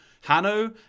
Hanno